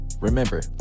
Remember